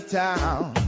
town